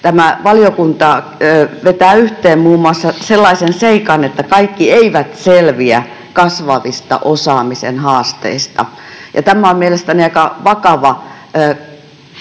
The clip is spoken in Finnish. Valiokunta vetää yhteen muun muassa sellaisen seikan, että kaikki eivät selviä kasvavista osaamisen haasteista. Tämä on mielestäni aika vakava